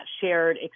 shared